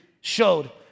showed